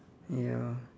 ya